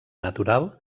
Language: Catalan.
natural